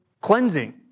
cleansing